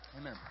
Amen